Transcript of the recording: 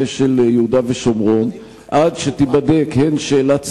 של יהודה ושומרון עד שתיבדק הן שאלת סמכותו,